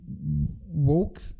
woke